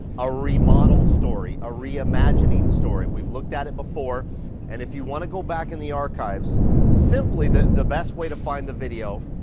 a remodel story, a re-imagining story. we've looked at it before and if you want to go back in the archives simply the the best way to find the video.